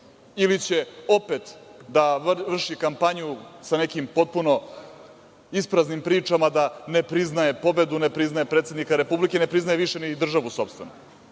ili će opet da vrši kampanju sa nekim potpuno ispraznim pričama da ne priznaje pobedu, ne priznaje predsednika Republike, ne priznaje više ni državu sopstvenu.